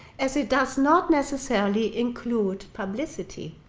as it does not necessarily include publicity.